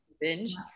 binge